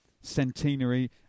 centenary